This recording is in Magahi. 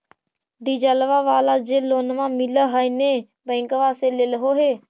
डिजलवा वाला जे लोनवा मिल है नै बैंकवा से लेलहो हे?